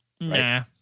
Nah